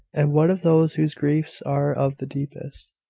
and what of those whose griefs are of the deepest?